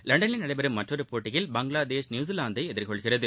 லண்டனில் நடைபெறும்மற்றொரு போட்டியில் பங்களாதேஷ் நியூசிலாந்தை எதிர்கொள்கிறது